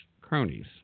cronies